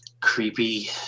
Creepy